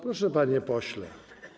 Proszę, panie pośle.